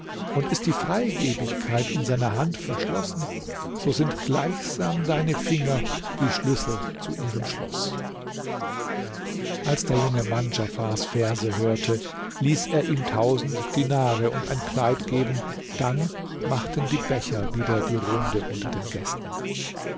und ist die freigibigkeit in seiner hand verschlossen so sind gleichsam deine finger die schlüssel zu ihrem schloß als der junge mann djafars verse hörte ließ er ihm tausend dinare und ein kleid geben dann machten die becher wieder die runde unter den gästen